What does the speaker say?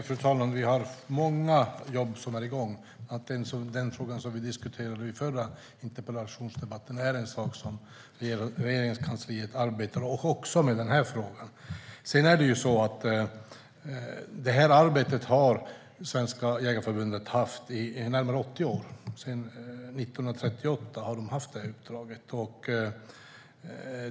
Fru talman! Vi har många jobb igång. Den fråga som vi diskuterade i förra interpellationsdebatten är något som Regeringskansliet arbetar med, och vi arbetar också med den här frågan. Detta uppdrag har Svenska Jägareförbundet haft i närmare 80 år - man har haft det sedan 1938.